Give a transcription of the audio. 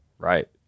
right